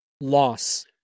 loss